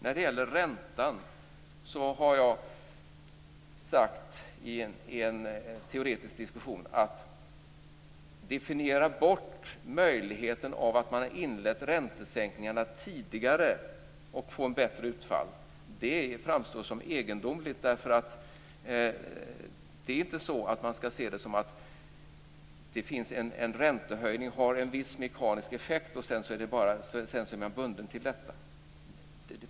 När det gäller räntan har jag i en teoretisk diskussion sagt, att definiera bort möjligheten av att man hade inlett räntesänkningarna tidigare och fått ett bättre utfall framstår som egendomligt. Man skall inte se det som att en räntehöjning har en viss mekanisk effekt och att man sedan är bunden till detta.